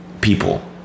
people